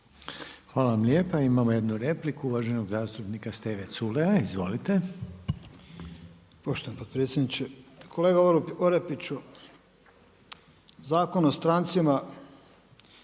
Hvala lijepo. Imamo jednu repliku, uvaženog zastupnika Steve Culeja. Izvolite. **Culej, Stevo (HDZ)** Poštovani potpredsjedniče. Kolega Orepiću, Zakon o strancima,